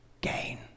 gain